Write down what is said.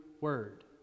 word